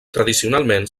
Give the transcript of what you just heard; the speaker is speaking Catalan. tradicionalment